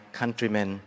countrymen